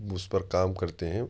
اس پر کام کرتے ہیں